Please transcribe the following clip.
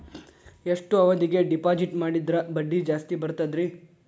ಎಷ್ಟು ಅವಧಿಗೆ ಡಿಪಾಜಿಟ್ ಮಾಡಿದ್ರ ಬಡ್ಡಿ ಜಾಸ್ತಿ ಬರ್ತದ್ರಿ?